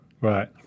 Right